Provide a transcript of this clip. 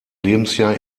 lebensjahr